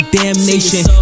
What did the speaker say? damnation